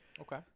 Okay